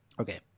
Okay